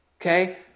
Okay